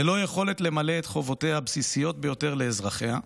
ללא יכולת למלא את חובותיה הבסיסיות ביותר לאזרחיה.